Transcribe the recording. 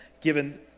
given